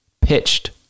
pitched